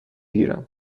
گیرم